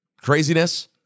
craziness